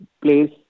place